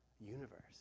universe